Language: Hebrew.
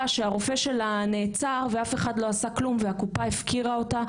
שהרופא שלה נעצר ואף אחד לא עשה כלום והקופה הפקירה אותה,